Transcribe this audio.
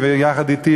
יחד אתי,